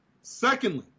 Secondly